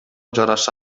жараша